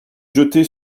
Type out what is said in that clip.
jetée